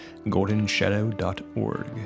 goldenshadow.org